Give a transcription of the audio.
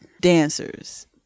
dancers